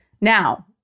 Now